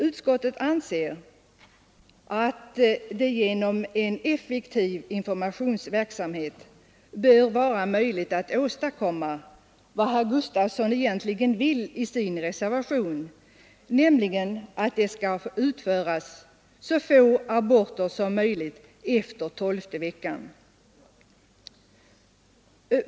Utskottet anser att det genom en effektiv informationsverksamhet bör vara möjligt att åstadkomma vad herr Gustavsson i Alvesta egentligen vill i sin reservation, nämligen att det skall utföras så få aborter som möjligt efter tolfte veckan.